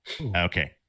okay